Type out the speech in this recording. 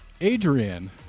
Adrian